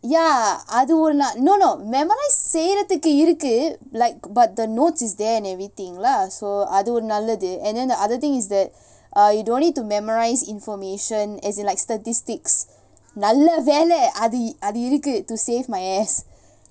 ya அது ஒரு ந:athu oru na no no memorise செய்றதுகு இருக்கு:seirathuku irukku like but the notes is there and everything lah so அதுவும் நல்லது:athuvum nallathu and then the other thing is that uh you don't need to memorise information as in like statistics நல்ல வேல அது அது இருக்கு:nalla wela athu athu irukku to save my ass